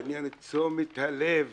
בעניין תשומת הלב